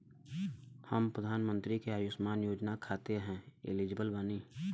हम प्रधानमंत्री के अंशुमान योजना खाते हैं एलिजिबल बनी?